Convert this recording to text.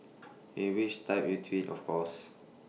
in which typed in twit of course